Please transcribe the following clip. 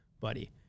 buddy